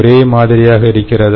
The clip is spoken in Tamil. ஒரே மாதிரியாக இருக்கிறதா